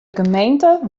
gemeente